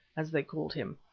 as they called him.